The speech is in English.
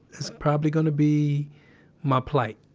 it's probably going to be my plight